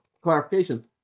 clarification